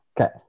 Okay